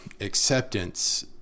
acceptance